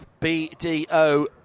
BDO